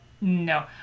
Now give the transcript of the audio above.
no